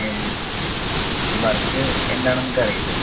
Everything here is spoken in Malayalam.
മ്മ് ഈ വർക്ക് എന്താണെന്നൊക്കെ അറിയില്ലേ